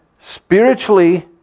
spiritually